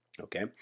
Okay